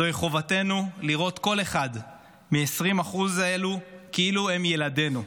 זאת חובתנו לראות כל אחד מה-20% האלה כאילו הם ילדינו,